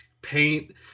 paint